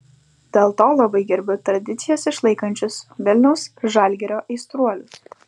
dėl to labai gerbiu tradicijas išlaikančius vilniaus žalgirio aistruolius